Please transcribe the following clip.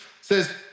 says